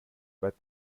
but